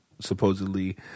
supposedly